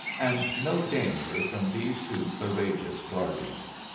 and no danger from these two courageous guardians.